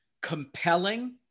compelling